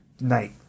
night